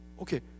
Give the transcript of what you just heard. okay